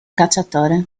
cacciatore